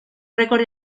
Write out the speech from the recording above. récord